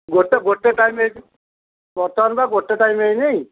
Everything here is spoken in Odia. ଗୋଟେ ଗୋଟେ ଟାଇମ୍ ହେଇ ବର୍ତ୍ତମାନ ବା ଗୋଟେ ଟାଇମ୍ ହେଇନି